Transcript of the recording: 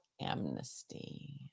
amnesty